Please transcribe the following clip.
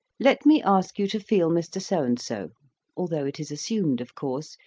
let me ask you to feel mr. so-and so although it is assumed, of course,